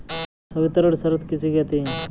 संवितरण शर्त किसे कहते हैं?